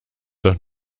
doch